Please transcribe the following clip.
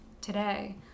today